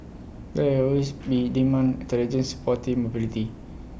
there will always be demand intelligent sporty mobility